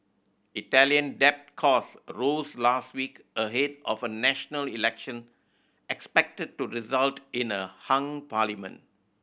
Italian debt cost rose last week ahead of a national election expected to result in a hung parliament